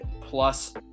plus